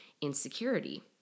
insecurity